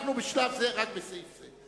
אנחנו בשלב זה רק בסעיף זה.